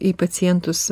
į pacientus